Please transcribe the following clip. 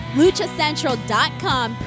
luchacentral.com